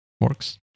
works